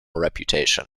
reputation